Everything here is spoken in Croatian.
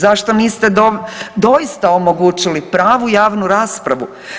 Zašto niste doista omogućili pravu javnu raspravu?